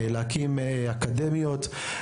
להקים אקדמיות,